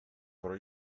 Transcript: però